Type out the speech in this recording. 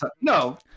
No